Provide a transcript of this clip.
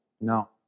No